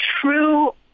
true